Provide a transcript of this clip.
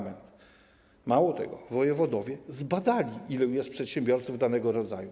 Mało tego, wojewodowie zbadali, ilu jest przedsiębiorców danego rodzaju.